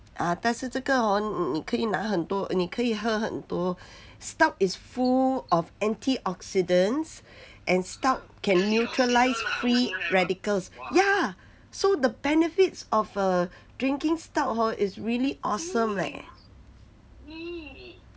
ah 但是这个 hor 你你可以拿很多你可以喝很多 stout is full of antioxidants and stout can neutralise free radicals ya so the benefits of err drinking stout hor is really awesome leh